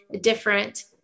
different